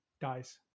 dies